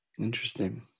Interesting